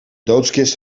doodskist